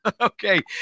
Okay